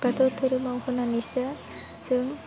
बाथौ धोरोमाव होनानैसो जों